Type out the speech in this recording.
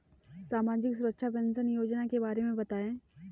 सामाजिक सुरक्षा पेंशन योजना के बारे में बताएँ?